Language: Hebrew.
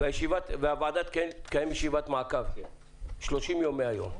הוועדה תקיים ישיבת מעקב תוך שלושים יום מהיום.